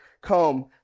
come